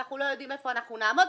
אנחנו לא יודעים היכן אנחנו נעמוד.